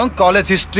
um college his